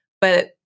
But-